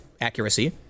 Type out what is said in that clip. accuracy